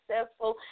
successful